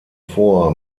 vor